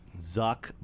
Zuck